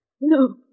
No